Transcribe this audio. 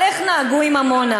אבל איך נהגו עם עמונה,